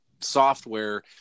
software